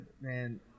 man